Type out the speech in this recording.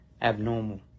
abnormal